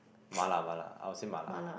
mala mala I will say mala